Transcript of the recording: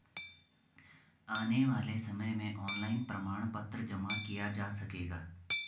आने वाले समय में ऑनलाइन प्रमाण पत्र जमा किया जा सकेगा